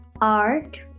Art